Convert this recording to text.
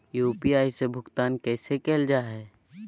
UPI से भुगतान कैसे कैल जहै?